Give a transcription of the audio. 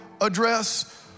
address